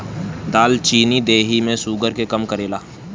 दालचीनी देहि में शुगर के कम करेला